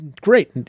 great